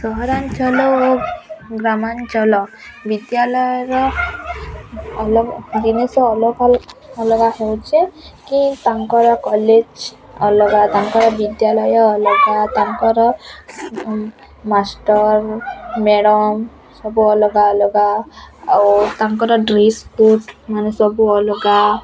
ସହରାଞ୍ଚଳ ଓ ଗ୍ରାମାଞ୍ଚଳ ବିଦ୍ୟାଳୟର ଅଲଗା ଜିନିଷ ଅଲଗା ଅଲଗା ହେଉଛି କି ତାଙ୍କର କଲେଜ୍ ଅଲଗା ତାଙ୍କର ବିଦ୍ୟାଳୟ ଅଲଗା ତାଙ୍କର ମାଷ୍ଟର୍ ମ୍ୟାଡ଼ମ୍ ସବୁ ଅଲଗା ଅଲଗା ଆଉ ତାଙ୍କର ଡ୍ରେସ୍ ବୁଟ୍ ମାନେ ସବୁ ଅଲଗା